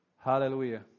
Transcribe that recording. Hallelujah